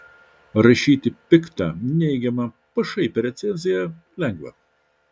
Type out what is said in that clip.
rašyti piktą neigiamą pašaipią recenziją lengva